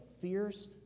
fierce